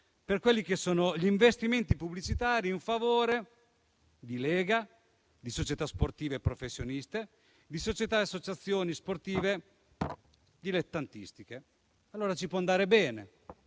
per gli investimenti pubblicitari in favore di leghe, società sportive professioniste, società e associazioni sportive dilettantistiche. Allora ci può andare bene,